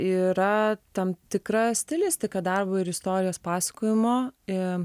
yra tam tikra stilistika darbo ir istorijos pasakojimo ir